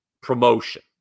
promotion